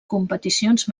competicions